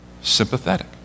sympathetic